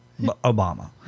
Obama